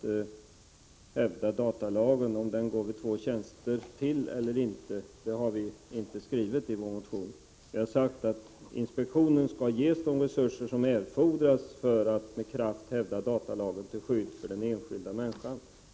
1985/86:100 hävda datalagen går vid två tjänster till eller inte har vi inte skrivit i vår 19 mars 1986 motion. Vi har sagt att inspektionen skall ges de resurser som erfordras för att med kraft hävda datalagen till skydd för den enskilda människan.